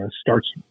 starts